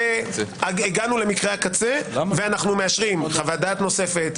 שהגענו למקרה הקצה ואנחנו מאשרים חוות דעת נוספת,